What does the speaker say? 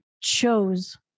chose